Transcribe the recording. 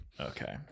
okay